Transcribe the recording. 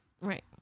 Right